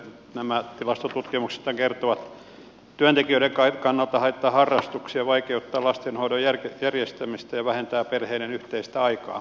nämä tilastotutkimuksethan kertovat että se työntekijöiden kannalta haittaa harrastuksia vaikeuttaa lastenhoidon järjestämistä ja vähentää perheiden yhteistä aikaa